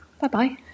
bye-bye